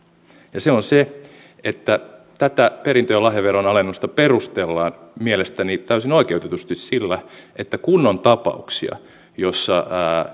se on se että tätä perintö ja lahjaveron alennusta perustellaan mielestäni täysin oikeutetusti sillä että kun on tapauksia joissa